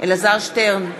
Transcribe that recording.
אלעזר שטרן,